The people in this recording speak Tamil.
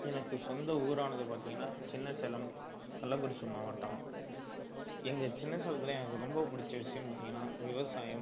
எனக்கு சொந்த ஊரானது பார்த்தீங்கன்னா சின்ன சேலம் கள்ளக்குறிச்சி மாவட்டம் எங்கள் சின்ன சேலத்தில் எனக்கு ரொம்ப பிடிச்ச விஷயம் பார்த்தீங்கன்னா விவசாயம்